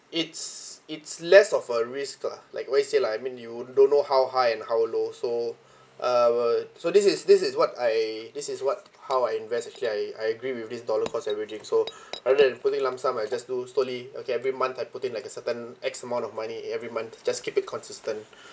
it's it's less of a risk lah like what I said lah I mean you don't know how high and how low so uh but so this is this is what I this is what how I invest actually I I agree with this dollar cost averaging so rather than putting lump sum I just do slowly okay every month I put in like a certain X amount of money e~ every month just keep it consistent